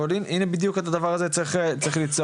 אבל הנה בדיוק את הדבר הזה צריך ליצור.